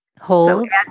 Hold